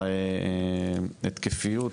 וההתקפיות,